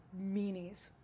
meanies